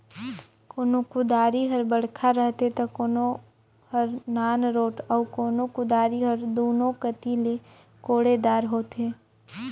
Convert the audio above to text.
कोनो कुदारी हर बड़खा रहथे ता कोनो हर नानरोट अउ कोनो कुदारी हर दुनो कती ले कोड़े दार होथे